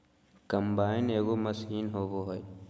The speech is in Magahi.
कंबाइन एगो मशीन होबा हइ